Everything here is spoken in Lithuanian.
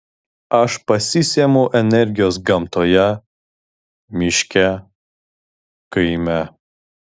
aš pasisemiu energijos gamtoje miške kaime